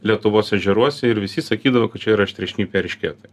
lietuvos ežeruose ir visi sakydavo kad čia yra aštriašnipiai eršketai